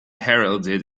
heralded